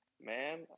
man